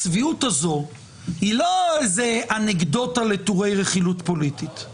הצביעות הזו היא לא אנקדוטה לטורי רכילות פוליטיים,